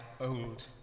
old